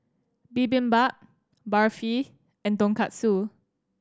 Bibimbap Barfi and Tonkatsu